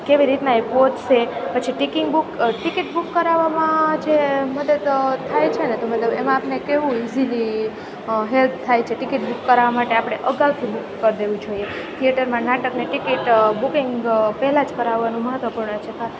કેવી રીતના એ પહોંચશે પછી બૂક ટિકિટ બૂક કરવામાં જે મદદ થાય છે ને કે મતલબ એમાં આપણે કેવું ઇજીલી હેલ્પ થાય છે ટિકિટ બૂક કરાવવા માટે આપણે અગાઉથી બૂક કરી દેવું જોઈએ થિએટરમાં નાટકની ટિકિટ બૂકિંગ પહેલાં જ કરવાનું મહત્ત્વપૂર્ણ છે